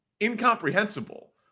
incomprehensible